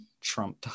Trump